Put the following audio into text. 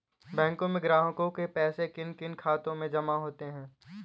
बैंकों में ग्राहकों के पैसे किन किन खातों में जमा होते हैं?